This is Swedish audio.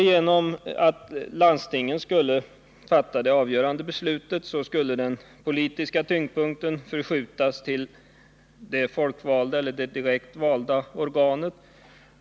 Genom att landstingen skulle fatta det avgörande beslutet skulle den politiska tyngdpunkten förskjutas till " ett direkt folkvalt organ.